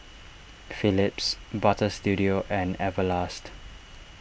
Phillips Butter Studio and Everlast